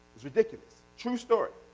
is ridiculous, true story.